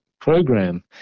program